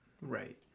right